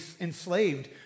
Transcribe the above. enslaved